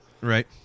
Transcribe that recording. Right